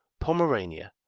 pomerania,